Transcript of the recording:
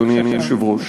אדוני היושב-ראש,